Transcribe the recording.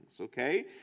Okay